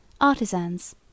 artisans